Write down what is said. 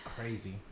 Crazy